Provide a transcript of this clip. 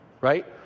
right